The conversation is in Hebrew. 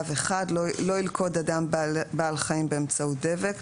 "(ו)(1) לא ילכוד אדם בעל חיים באמצעות דבק,